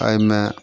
एहिमे